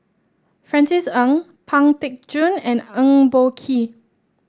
Francis Ng Pang Teck Joon and Eng Boh Kee